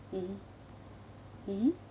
mmhmm mmhmm